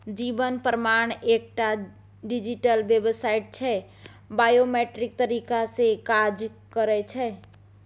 जीबन प्रमाण एकटा डिजीटल बेबसाइट छै बायोमेट्रिक तरीका सँ काज करय छै